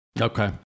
Okay